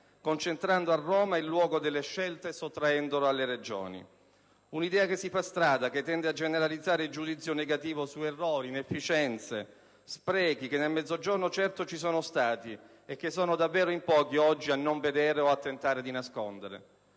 concentrando a Roma il luogo delle scelte e sottraendolo alle Regioni. Un'idea che si fa strada, che tende a generalizzare il giudizio negativo su errori, inefficienze, sprechi che nel Mezzogiorno certo ci sono stati e che sono davvero in pochi oggi a non vedere o a tentare di nascondere: